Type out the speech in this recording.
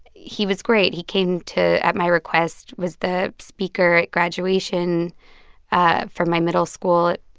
he was great. he came to at my request was the speaker at graduation ah for my middle school,